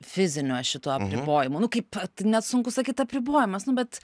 fiziniu šituo apribojimu nu kaip net sunku sakyt apribojimas nu bet